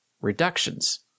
reductions